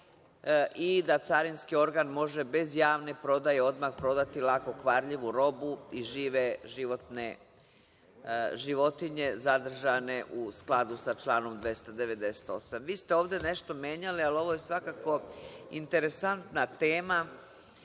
i da carinski organ može bez javne prodaje odmah prodati lako kvarljivu robu i žive životinje zadržane u skladu sa članom 298.Vi ste ovde nešto menjali, ali ovo je svakako interesantna tema,